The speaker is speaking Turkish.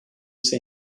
ise